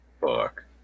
fuck